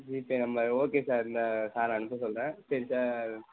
GPay number okay sir இந்தா சாரை அனுப்ப சொல்கிறேன் சரி சார்